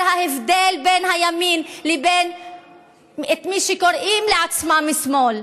ההבדל בין הימין לבין מי שקוראים לעצמם "שמאל"